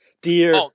Dear –